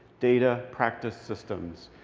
data, practice, systems.